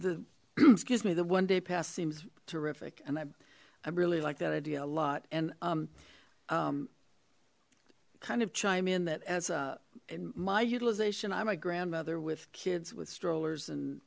the excuse me the one day pass seems terrific and i i really like that idea a lot and um kind of chime in that as a my utilization i'm a grandmother with kids with strollers and